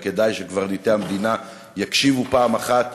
וכדאי שקברניטי המדינה יקשיבו פעם אחת,